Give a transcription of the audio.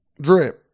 Drip